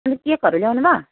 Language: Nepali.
अनि केकहरू ल्याउनुभयो